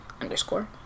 underscore